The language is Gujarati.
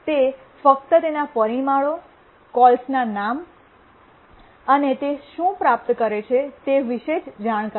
તે ફક્ત તેના પરિમાણો કોલ્સના નામ અને તે શું પ્રાપ્ત કરે છે તે વિશે જ જાણ કરે છે